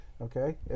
okay